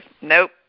nope